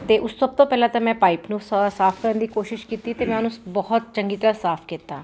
ਅਤੇ ਉਹ ਸਭ ਤੋਂ ਪਹਿਲਾਂ ਤਾਂ ਮੈਂ ਪਾਈਪ ਨੂੰ ਸਾਫ ਕਰਨ ਦੀ ਕੋਸ਼ਿਸ਼ ਕੀਤੀ ਅਤੇ ਮੈਂ ਉਹਨੂੰ ਬਹੁਤ ਚੰਗੀ ਤਰ੍ਹਾਂ ਸਾਫ ਕੀਤਾ